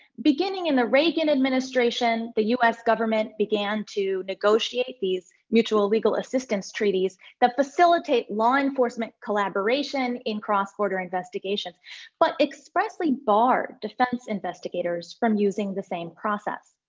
beginning in the reagan administration, the u s. government began to negotiate these mutual legal assistance treaties that facilitate law enforcement collaboration in cross-border investigations but expressly barred defense investigators from using the same process.